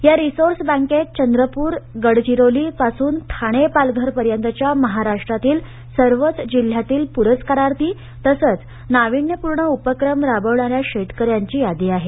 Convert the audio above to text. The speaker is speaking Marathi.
या रिसोर गडविरोली पासून ठाणे मालघर पर्यंतप्या महाराष्ट्रातील सर्वय जिल्ह्यातील पुरस्कार्थी तसेच नाविन्यमूर्ण उपक्रम राबविनान्या शेतकऱ्यांची यादी आहे